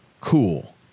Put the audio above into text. cool